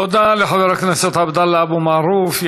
תודה לחבר הכנסת עבדאללה אבו מערוף.